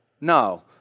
No